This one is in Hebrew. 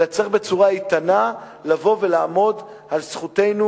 אלא צריך בצורה איתנה לבוא ולעמוד על זכותנו